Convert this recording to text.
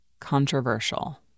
controversial